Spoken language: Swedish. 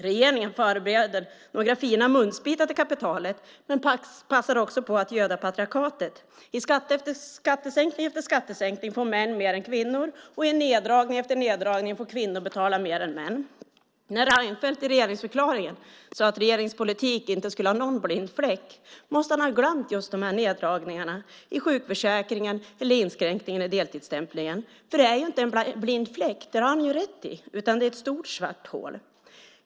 Regeringen förbereder några fina munsbitar till kapitalet men passar också på att göda patriarkatet. I skattesänkning efter skattesänkning får män mer än kvinnor, och i neddragning efter neddragning får kvinnor betala mer än män. När Reinfeldt i regeringsförklaringen sade att regeringens politik inte skulle ha någon blind fläck måste han ha glömt just de här neddragningarna i sjukförsäkringen eller inskränkningen i deltidsstämplingen. Det är inte en blind fläck - det har han rätt i - utan ett stort svart hål.